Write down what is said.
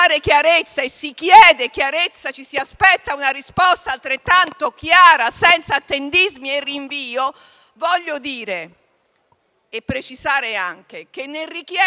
e si chiede chiarezza, ci si aspetta una risposta altrettanto chiara, senza attendismi e rinvii. Voglio dire e precisare che, nel richiedere